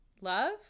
Love